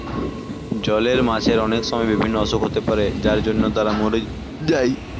জলের মাছের অনেক সময় বিভিন্ন অসুখ হতে পারে যার জন্য তারা মোরে যায়